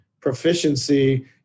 proficiency